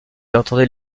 entendait